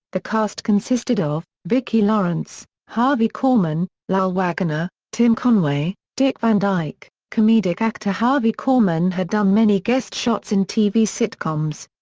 the cast consisted of vicki lawrence harvey korman lyle waggoner tim conway dick van dyke comedic actor harvey korman had done many guest shots in tv sitcoms.